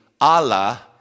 Allah